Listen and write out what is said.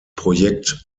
projekt